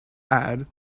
add